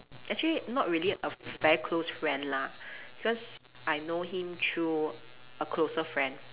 actually not really a very close friend lah because I know him through a closer friend